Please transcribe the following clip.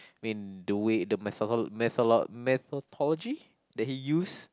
I mean the way the methodolo~ metholo~ methodology that he use